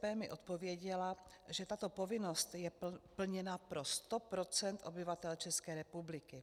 VZP mi odpověděla, že tato povinnost je plněna pro sto procent obyvatel České republiky.